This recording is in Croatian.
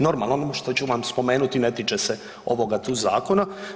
Normalno, ono što ću vam spomenuti ne tiče se ovoga tu zakona.